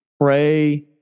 Pray